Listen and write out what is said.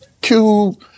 Cube